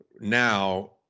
now